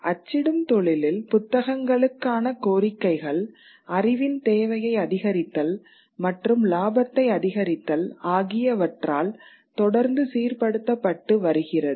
அச்சிடும் தொழிலில் புத்தகங்களுக்கான கோரிக்கைகள் அறிவின் தேவையை அதிகரித்தல் மற்றும் லாபத்தை அதிகரித்தல் ஆகியவற்றால் தொடர்ந்து சீர்படுத்தபட்டு வருகிறது